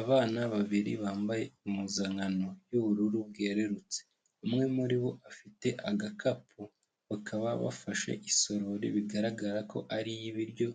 Abana babiri bambaye impuzankano y'ubururu bwerurutse, umwe muri bo afite agakapu, bakaba bafashe isorori bigaragara ko ari iy'ibiryo,